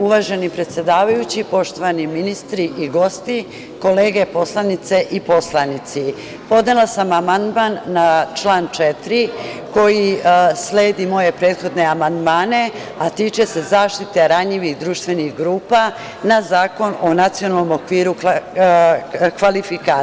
Uvaženi predsedavajući, poštovani ministri i gosti, kolege poslanice i poslanici, podnela sam amandman na član 4. koji sledi moje prethodne amandmane, a tiče se zaštite ranjivih društvenih grupa na Zakon o NOKS.